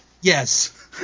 Yes